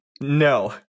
no